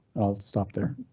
i'll stop there.